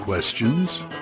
Questions